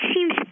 seems